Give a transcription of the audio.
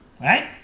right